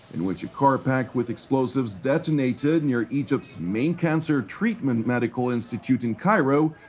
in which a car packed with explosives detonated near egypt's main cancer-treatment medical institute in cairo,